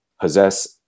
possess